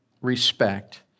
respect